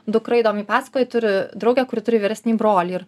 dukra idomiai pasakojo turi draugę kuri turi vyresnį brolį ir